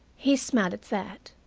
he smiled at that.